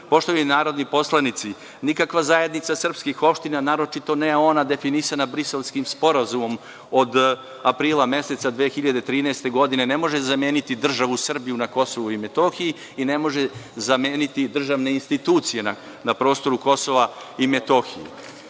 KiM.Poštovani narodni poslanici, nikakva Zajednica srpskih opština, naročito ne ona koja je definisana Briselskim sporazumom od aprila meseca 2013. godine ne može zameniti državu Srbiju na KiM i ne može zameniti državne institucije na prostoru KiM.Mandatar je